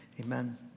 amen